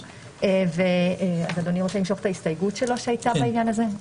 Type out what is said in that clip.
אז אדוני רוצה למשוך את ההסתייגות שלו שהייתה בעניין הזה?